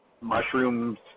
mushrooms